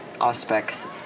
aspects